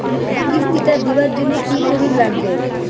কিস্তি টা দিবার জন্যে কি করির লাগিবে?